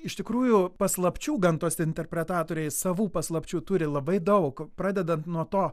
iš tikrųjų paslapčių gamtos interpretatoriai savų paslapčių turi labai daug pradedant nuo to